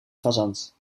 fazant